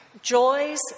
joys